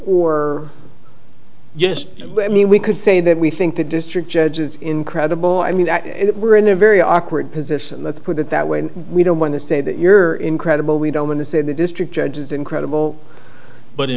yes i mean we could say that we think the district judge is incredible i mean it we're in a very awkward position let's put it that way and we don't want to say that you're incredible we don't want to say the district judge is incredible but